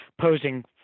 posing